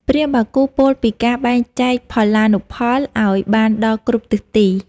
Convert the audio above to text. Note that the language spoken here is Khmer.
ព្រាហ្មណ៍បាគូពោលពីការបែងចែកផល្លានុផលឱ្យបានដល់គ្រប់ទិសទី។